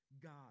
God